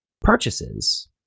purchases